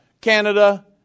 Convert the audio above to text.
Canada